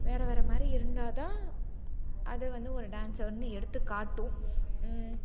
வேற வேற மாதிரி இருந்தா தான் அது வந்து ஒரு டான்ஸை வந்து எடுத்துக் காட்டும்